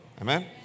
Amen